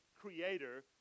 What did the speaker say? creator